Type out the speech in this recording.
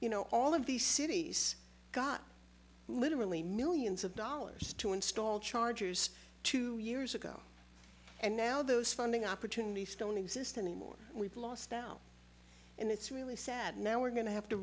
you know all of these cities got literally millions of dollars to install chargers two years ago and now those funding opportunity for don't exist anymore we've lost down and it's really sad now we're going to have to